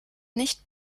nicht